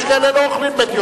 יש כאלה שלא אוכלים "בית יוסף".